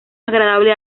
agradable